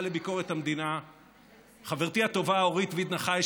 לביקורת המדינה חברתי הטובה אורית וידנה-חי,